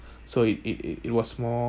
so it it it it was more